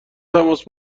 تماس